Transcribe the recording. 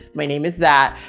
my name is that.